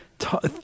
Talk